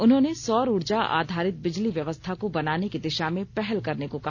उन्होंने सौर ऊर्जा आधारित बिजली व्यवस्था को बनाने की दिशा में पहल करने को कहा